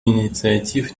инициатив